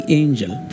angel